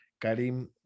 Karim